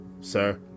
sir